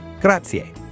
Grazie